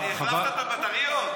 החלפת את הבטריות?